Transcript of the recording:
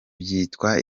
byitwa